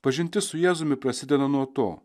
pažintis su jėzumi prasideda nuo to